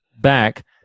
back